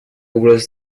угроза